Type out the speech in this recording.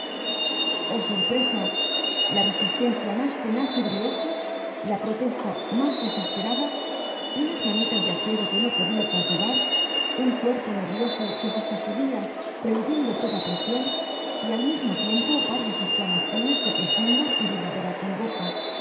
oh sorpresa la resistencia más tenaz y briosa la protesta más desesperada unas manitas de acero que no podía cautivar un cuerpo nervioso que se sacudía rehuyendo toda presión y al mismo tiempo varias exclamaciones de profunda y verdadera congoja dos